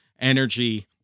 energy